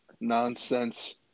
nonsense